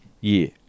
year